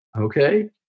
okay